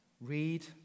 read